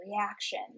reaction